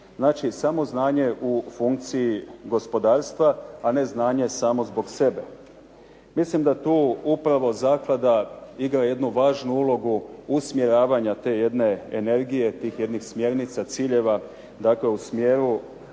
Znači, samo znanje u funkciji gospodarstva a ne znanje samo zbog sebe. Mislim da tu upravo zaklada igra jednu važnu ulogu usmjeravanja te jedne energije tih jednih smjernica, ciljeva. Dakle, u smjeru